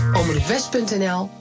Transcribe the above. omroepwest.nl